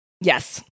Yes